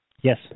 Yes